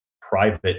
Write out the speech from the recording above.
private